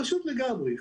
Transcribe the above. פשוט לגמרי.